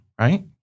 right